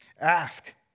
Ask